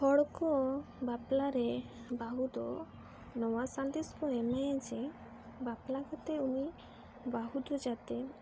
ᱦᱚᱲ ᱠᱚ ᱵᱟᱯᱞᱟ ᱨᱮ ᱵᱟᱹᱦᱩ ᱫᱚ ᱱᱚᱣᱟ ᱥᱟᱸᱫᱮᱥ ᱠᱚ ᱮᱢᱟᱭᱟ ᱡᱮ ᱵᱟᱯᱞᱟ ᱠᱟᱛᱮ ᱩᱱᱤ ᱵᱟᱹᱦᱩ ᱫᱚ ᱡᱟᱛᱮ